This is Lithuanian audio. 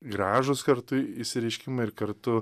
gražūs kartu išsireiškimai ir kartu